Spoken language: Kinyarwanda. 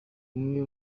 umwe